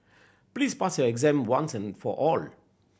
please pass your exam once and for all